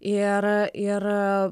ir ir